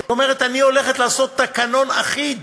היא אומרת: אני הולכת לעשות תקנון אחיד